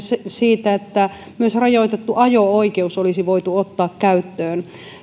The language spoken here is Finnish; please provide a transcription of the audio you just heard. siitä että myös rajoitettu ajo oikeus olisi voitu ottaa käyttöön